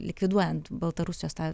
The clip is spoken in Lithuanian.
likviduojant baltarusijos tą